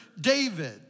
David